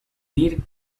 dir